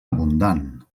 abundant